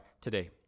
today